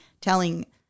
telling